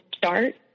Start